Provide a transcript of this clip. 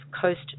Coast